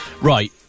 Right